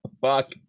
Fuck